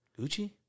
Gucci